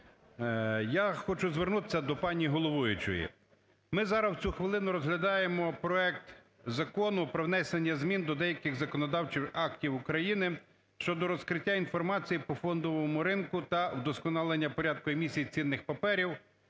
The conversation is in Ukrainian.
Я хочу звернутися до пані головуючої. Ми зараз в цю хвилину розглядаємо проект Закону про внесення змін до деяких законодавчих актів України (щодо розкриття інформації по фондовому ринку та вдосконалення порядку емісії цінних паперів